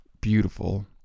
beautiful